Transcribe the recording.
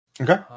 Okay